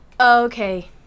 Okay